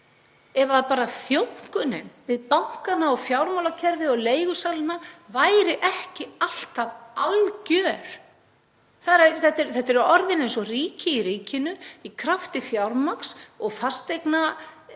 núna ef þjónkunin við bankana og fjármálakerfið og leigusalana væri ekki alltaf algjör. Þetta er orðið eins og ríki í ríkinu. Í krafti fjármagns og fasteignaeignar